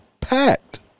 packed